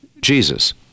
Jesus